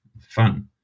fun